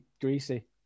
greasy